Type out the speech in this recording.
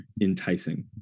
enticing